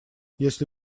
если